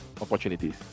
opportunities